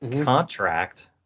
contract